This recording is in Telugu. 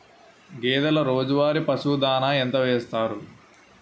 గేదెల రోజువారి పశువు దాణాఎంత వేస్తారు?